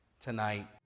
tonight